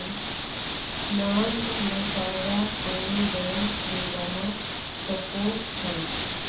मांग मसौदा कोनो बैंक से बना सको हइ